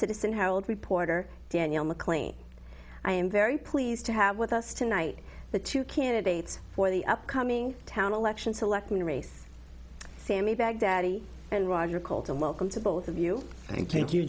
citizen how old reporter daniel mclean i am very pleased to have with us tonight the two candidates for the upcoming town election selectman race sammy baghdadi and roger cult and welcome to both of you